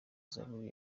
zaburi